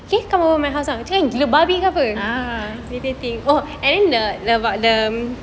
uh